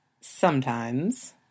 Sometimes